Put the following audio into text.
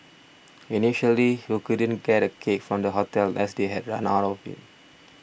initially he couldn't get a cake from the hotel as they had run out of it